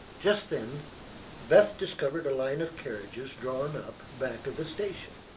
just then beth discovered a line of carriages drawn up back of the station.